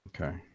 okay